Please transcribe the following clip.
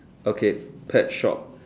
okay pet shop